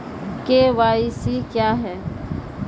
KYC क्या हैं?